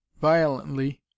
Violently